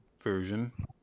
version